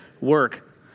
work